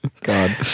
God